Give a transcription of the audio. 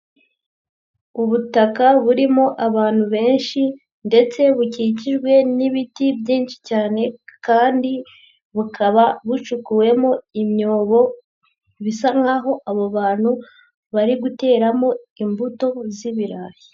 Ubutaka burimo abantu benshi, ndetse bukikijwe n'ibiti byinshi cyane, kandi bukaba bucukuwemo imyobo, bisa nkaho abo bantu bari guteramo imbuto z'ibirayi.